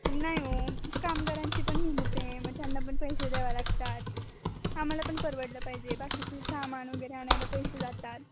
नाही हो कामगारांची पण मेहनत आहे मग त्यांना पण पैसे द्यावं लागतात आम्हाला पण परवडलं पाहिजे बाकीचे सामान वगैरे आणायला पैसे जातात